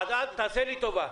אז תעשה לי טובה.